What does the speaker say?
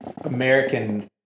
American